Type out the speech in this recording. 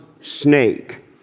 snake